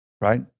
right